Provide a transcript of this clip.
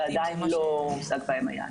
שעדיין לא הושג בהם היעד.